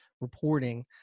reporting